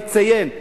לציין נ"צ,